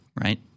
right